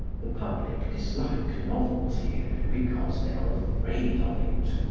the public dislike novelty because they are afraid of it.